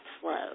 flow